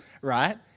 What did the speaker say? right